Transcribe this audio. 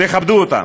תכבדו אותם.